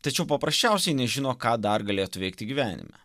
tačiau paprasčiausiai nežino ką dar galėtų veikti gyvenime